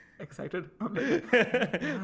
excited